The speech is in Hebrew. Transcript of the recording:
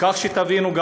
כדי שתבינו,